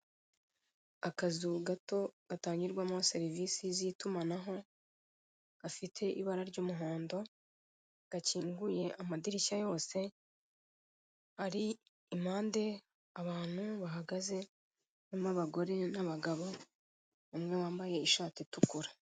Akazu gato gatangirwamo serivisi zitumanaho gafite ibara ry'umuhondo, gakinguye amadirishya yose hari impande abantu bahagaze barimo abagore n'abagabo bamwe bambaye ishati itukura.